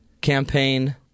campaign